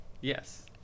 yes